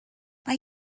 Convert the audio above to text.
mae